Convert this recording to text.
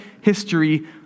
history